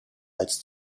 als